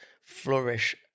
flourish